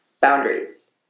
boundaries